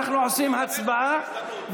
אנחנו עושים הצבעה,